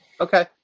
Okay